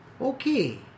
Okay